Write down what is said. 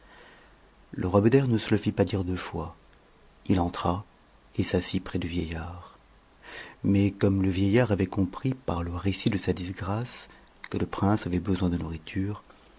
ne se le fit pas dire deux fois il entra et s'assit près du vieiitard mais comme le vieillard avait compris par le récit de sa disgrâce que le prince avait besoin de nourriture